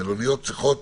המלוניות אמורות